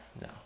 no